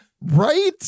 right